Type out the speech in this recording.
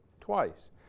twice